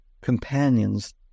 companions